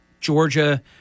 Georgia